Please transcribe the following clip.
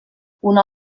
una